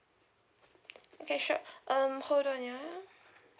okay sure um hold on ya